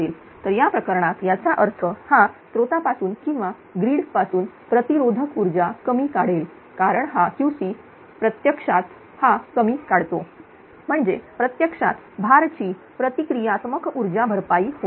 तर त्या प्रकरणात याचा अर्थ हा स्त्रोतापासून किंवा ग्रीड पासून प्रतिरोधक ऊर्जा कमी काढेल कारण हा QC प्रत्यक्षातहा कमी काढतो म्हणजे प्रत्यक्षात भार ची प्रतिक्रियात्मक ऊर्जा भरपाई होत आहे